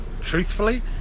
Truthfully